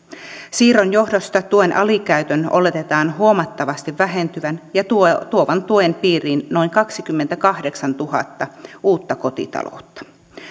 siirron johdosta tuen alikäytön oletetaan huomattavasti vähentyvän ja tuovan tuovan tuen piiriin noin kaksikymmentäkahdeksantuhatta uutta kotitaloutta